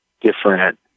different